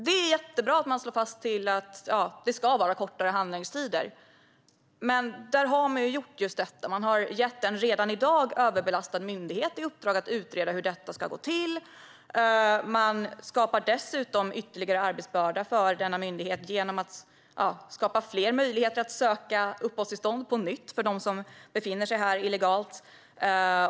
Det är jättebra att det slås fast att det ska vara kortare handläggningstider. Men man har gett en redan i dag överbelastad myndighet i uppdrag att utreda hur det ska gå till. Man skapar dessutom ytterligare arbetsbörda för denna myndighet genom att skapa fler möjligheter att söka uppehållstillstånd på nytt för dem som befinner sig här illegalt.